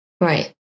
Right